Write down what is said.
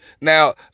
Now